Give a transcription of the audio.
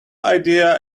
idea